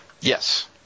yes